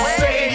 say